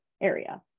area